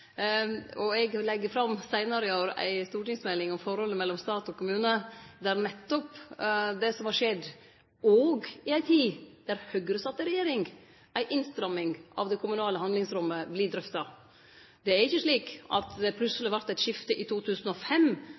i år fram ei stortingsmelding om forholdet mellom stat og kommune, der nettopp det som har skjedd, òg i ei tid der Høgre sat i regjering, ei innstramming av det lokale handlingsrommet, vert drøfta. Det er ikkje slik at det plutseleg vart eit skifte i 2005